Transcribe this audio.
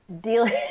dealing